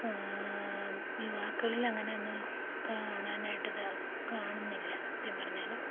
യുവാക്കളിൽ അങ്ങനെയൊന്നും കാണാനായിട്ട് കാണുന്നില്ല സത്യം പറഞ്ഞാൽ